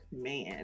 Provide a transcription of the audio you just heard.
man